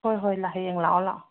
ꯍꯣꯏ ꯍꯣꯏ ꯍꯌꯦꯡ ꯂꯥꯛꯑꯣ ꯂꯥꯛꯑꯣ